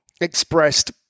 expressed